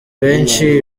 henshi